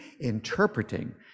interpreting